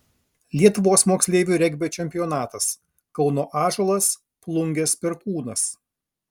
lietuvos moksleivių regbio čempionatas kauno ąžuolas plungės perkūnas